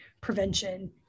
prevention